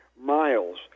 miles